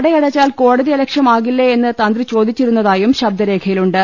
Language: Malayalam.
നടയടച്ചാൽ കോടതിയലക്ഷ്യമാകില്ലേ എന്ന് തന്ത്രി ചോദിച്ചിരുന്നതായും ശബ്ദരേഖയിലുണ്ട്